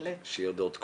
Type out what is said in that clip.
שיהיו הודעות קוליות?